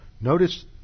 Notice